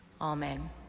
Amen